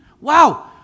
Wow